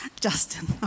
Justin